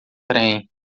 trem